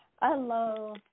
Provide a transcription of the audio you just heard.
Hello